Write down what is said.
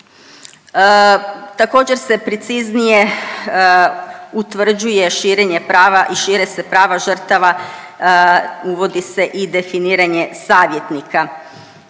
Također se preciznije utvrđuje širenje prava i šire se prava žrtava, uvodi se i definiranje savjetnika.